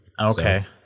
Okay